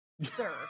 sir